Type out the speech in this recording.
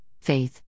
faith